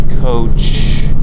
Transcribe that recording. coach